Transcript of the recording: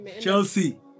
Chelsea